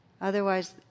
Otherwise